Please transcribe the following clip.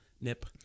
nip